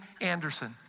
Anderson